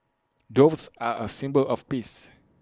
doves are A symbol of peace